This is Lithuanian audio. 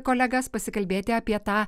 kolegas pasikalbėti apie tą